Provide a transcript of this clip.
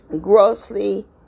Grossly